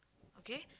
okay